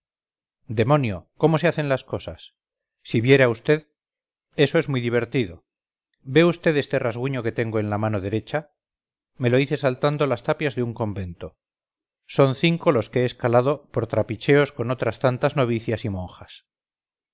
demonio cómo se hacen las cosas si viera usted eso es muy divertido ve vd este rasguño que tengo en la mano derecha me lo hice saltando las tapias de un convento son cinco los que he escalado por trapicheos con otras tantas novicias y monjas